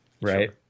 right